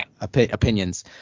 opinions